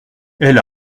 elle